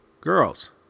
girls